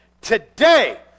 today